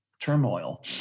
Turmoil